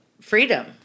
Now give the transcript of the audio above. freedom